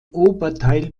oberteil